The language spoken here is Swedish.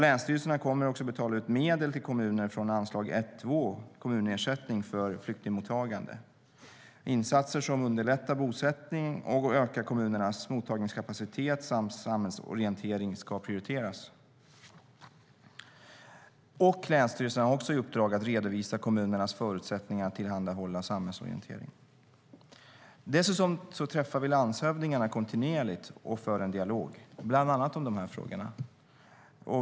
Länsstyrelserna kommer också att betala ut medel till kommuner från anslag 1:2 Kommunersättningar vid flyktingmottagande. Insatser som underlättar bosättning och ökar kommunernas mottagningskapacitet samt samhällsorientering ska prioriteras. Länsstyrelserna har också i uppdrag att redovisa förutsättningar att tillhandahålla samhällsorientering. Därutöver träffar vi landshövdingarna kontinuerligt och för en dialog, bland annat om de här frågorna.